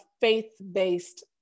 faith-based